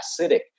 acidic